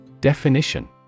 Definition